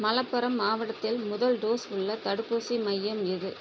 மலப்புரம் மாவட்டத்தில் முதல் டோஸ் உள்ள தடுப்பூசி மையம் எது